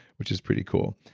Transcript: which is pretty cool.